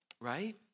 right